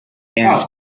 dance